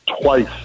twice